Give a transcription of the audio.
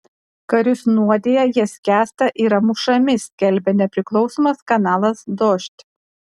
karius nuodija jie skęsta yra mušami skelbia nepriklausomas kanalas dožd